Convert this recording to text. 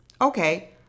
Okay